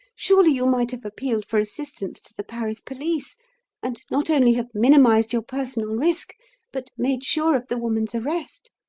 surely you might have appealed for assistance to the paris police and not only have minimised your personal risk but made sure of the woman's arrest.